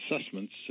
assessments